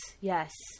yes